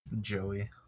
Joey